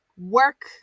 Work